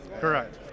Correct